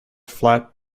flat